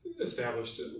established